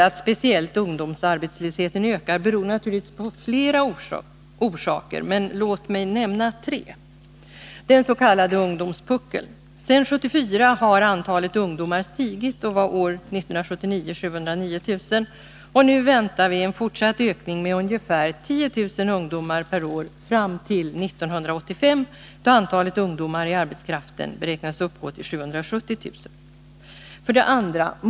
Att speciellt ungdomsarbetslösheten ökar beror naturligtvis på flera olika faktorer. Låt mig nämna tre. 1. Den ss.k. ungdomspuckeln. Sedan 1974 har antalet ungdomar stigit och var år 1979 709 000. Nu väntas en fortsatt ökning med ungefär 10 000 ungdomar per år fram till 1985, då antalet ungdomar i arbetskraften beräknas uppgå till 770 000. 2.